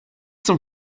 zum